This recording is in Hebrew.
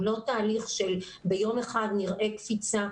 הם לא תהליך של ביום אחד נראה קפיצה,